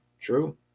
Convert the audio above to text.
true